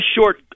short